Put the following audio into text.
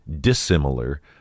dissimilar